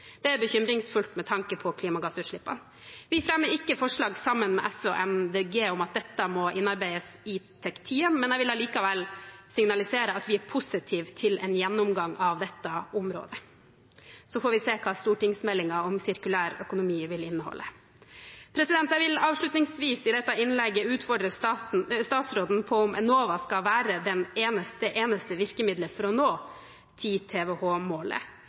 Det er bekymringsfullt med tanke på klimagassutslippene. Vi fremmer ikke forslag sammen med SV og Miljøpartiet De Grønne om at dette må innarbeides i TEK 10, men jeg vil allikevel signalisere at vi er positive til en gjennomgang av dette området – så får vi se hva stortingsmeldingen om sirkulær økonomi vil inneholde. Jeg vil avslutningsvis i dette innlegget utfordre statsråden på om Enova skal være det eneste virkemiddelet for å nå